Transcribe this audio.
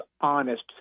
honest